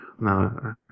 No